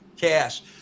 cash